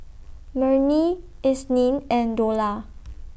Murni Isnin and Dollah